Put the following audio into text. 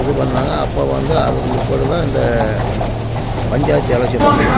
இது பண்ணாங்க அப்போ வந்து அதுக்கும் பிற்பாடு தான் இந்த பஞ்சாயத்து எலெக்ஷன் வந்தது